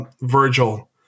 Virgil